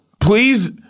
Please